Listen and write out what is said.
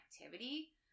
activity